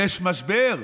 יש משבר,